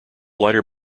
lighter